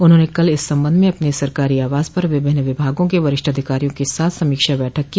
उन्होंने कल इस सम्बन्ध में अपने सरकारी आवास पर विभिन्न विभागों के वरिष्ठ अधिकारियों के साथ समीक्षा बैठक की